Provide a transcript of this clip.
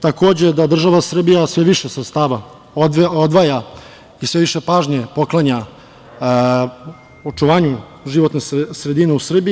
Takođe da država Srbije sve više sredstava odvaja i sve više pažnje poklanja očuvanju životne sredine u Srbiji.